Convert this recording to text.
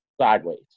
sideways